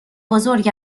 بزرگ